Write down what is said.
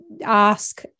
ask